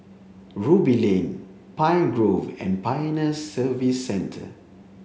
Ruby Lane Pine Grove and Pioneer Service Centre